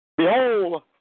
Behold